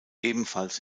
ebenfalls